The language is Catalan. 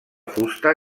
fusta